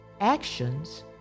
Actions